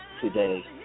today